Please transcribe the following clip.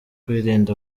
wirinda